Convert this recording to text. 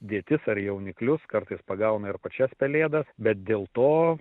dėtis ar jauniklius kartais pagauna ir pačias pelėdas bet dėl to